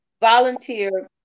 Volunteer